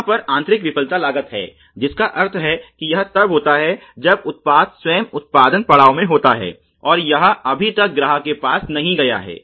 यहाँ पर आंतरिक विफलता लागत है जिसका अर्थ है कि यह तब होता है जब उत्पाद स्वयं उत्पादन पड़ाव में होता है और यह अभी तक ग्राहक के पास नहीं गया है